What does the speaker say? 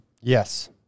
Yes